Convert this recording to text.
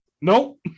nope